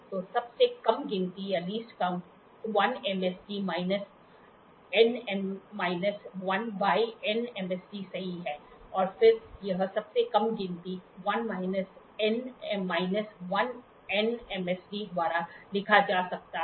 तो सबसे कम गिनती 1 MSD minus N minus 1 by N MSD सही है और फिर यह सबसे कम गिनती 1 minus N minus 1 N MSD द्वारा लिखा जा सकता है